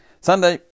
Sunday